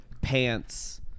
Pants